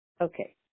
okay